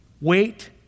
Wait